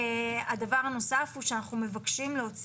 הדבר הנוסף הוא שאנחנו מבקשים זה להוציא